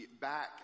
back